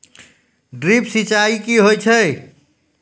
Drip सिंचाई कि होय छै?